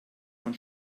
von